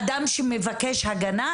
אדם שמבקש הגנה?